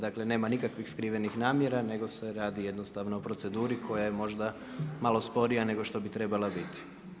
Dakle, nema nikakvih skrivenih namjera, nego se radi jednostavno o proceduri koja je možda malo sporija nego što bi trebala biti.